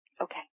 Okay